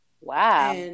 Wow